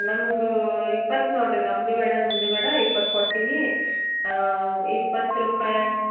ನಮ್ಗೆ ಇಪ್ಪತ್ತು ನೋಡಿರಿ ನಮ್ಮದೂ ಬೇಡ ನಿಮ್ಮದೂ ಬೇಡ ಇಪ್ಪತ್ತು ಕೊಡ್ತೀನಿ ಇಪ್ಪತ್ತು ರೂಪಾಯಿ